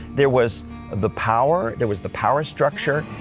there was the power. there was the power structure,